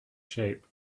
shape